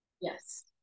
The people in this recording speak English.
Yes